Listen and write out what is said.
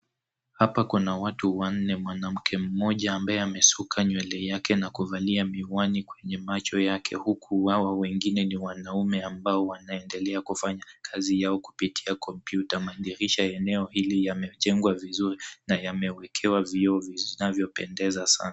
Hapa kuna watu wanne, mwanamke mmoja ambaye amesuka nywele yake na kuvalia miwani kwenye macho yake huku hawa wengine na wanaume ambao wanaendelea kufanya kazi yao kupitia kompyuta. Madirisha ya eneo hili yamejengwa vizuri na yamewekewa vioo vinavyopendeza sana.